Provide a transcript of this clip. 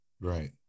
Right